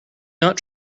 not